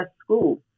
school